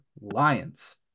Lions